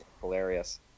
hilarious